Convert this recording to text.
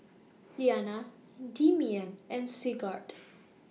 Iliana Demian and Sigurd